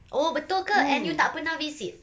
oh betul ke and you tak pernah visit